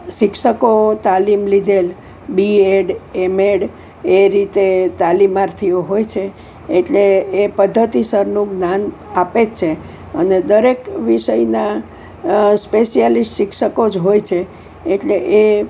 શિક્ષકો તાલીમ લીધેલ બીએડ એમએડ એ રીતે તાલીમાર્થીઓ હોય છે એટલે એ પદ્ધતિસરનું જ્ઞાન આપે જ છે અને દરેક વિષયના સ્પેસ્યાલિસ્ટ શિક્ષકો જ હોય છે એટલે એ